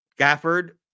Gafford